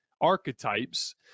archetypes